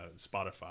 Spotify